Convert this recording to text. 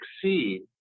succeed